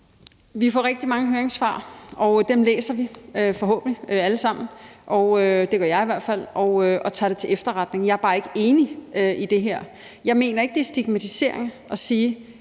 Vi får rigtig mange høringssvar, og dem læser vi forhåbentlig alle sammen – det gør jeg i hvert fald – og tager til efterretning. Jeg er bare ikke enig i det her. Jeg mener ikke, det er stigmatiserende at sige,